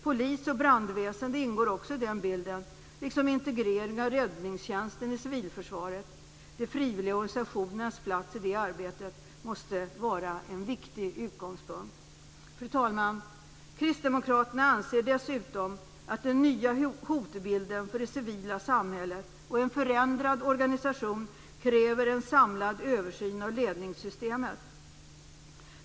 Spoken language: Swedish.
Polis och brandväsende ingår också i den bilden liksom integrering av räddningstjänsten i civilförsvaret. De frivilliga organisationernas plats i detta arbete måste vara en viktig utgångspunkt. Fru talman! Kristdemokraterna anser dessutom att den nya hotbilden för det civila samhället och en förändrad organisation kräver en samlad översyn av ledningssystemet.